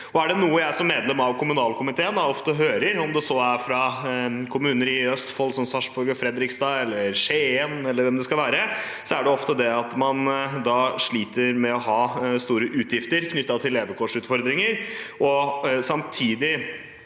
Er det noe jeg som medlem av kommunalkomiteen ofte hører, om det så er fra kommuner i Østfold, som Sarpsborg og Fredrikstad, eller Skien eller hvor det nå er, er det at man sliter med store utgifter knyttet til levekårsutfordringer og samtidig